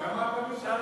למה אתה,